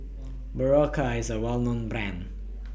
Berocca IS A Well known Brand